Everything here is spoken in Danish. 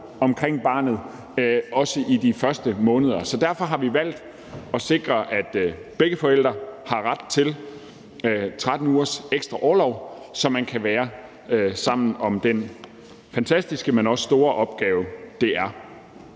omkring barnet, også i de første måneder. Så derfor har vi valgt at sikre, at begge forældre har ret til 13 ugers ekstra orlov, så man kan være sammen om den fantastiske, men også store opgave, det er.